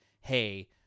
hey